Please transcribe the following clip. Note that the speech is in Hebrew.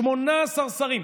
18 שרים.